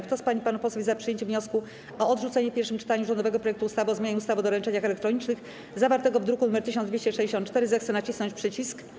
Kto z pań i panów posłów jest za przyjęciem wniosku o odrzucenie w pierwszym czytaniu rządowego projektu ustawy o zmianie ustawy o doręczeniach elektronicznych, zawartego w druku nr 1264, zechce nacisnąć przycisk.